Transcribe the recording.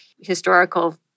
historical